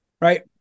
right